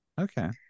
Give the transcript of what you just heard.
okay